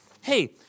Hey